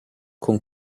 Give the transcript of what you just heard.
con